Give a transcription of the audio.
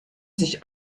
sich